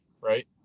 right